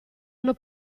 hanno